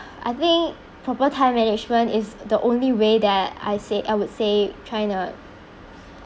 I think proper time management is the only way that I say I would say trying to